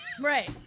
Right